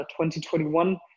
2021